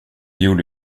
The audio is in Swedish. gjorde